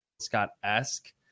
Scott-esque